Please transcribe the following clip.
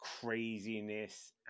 craziness